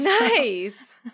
Nice